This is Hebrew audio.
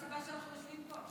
זאת הסיבה שאנחנו יושבים כאן.